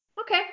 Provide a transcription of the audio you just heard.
Okay